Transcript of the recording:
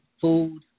food